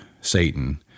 Satan